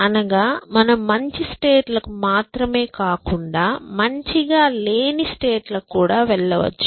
అనగా మనం మంచి స్టేట్ లకు మాత్రమే కాకుండా మంచిగా లేని స్టేట్ లకు కూడా వెళ్ళవచ్చు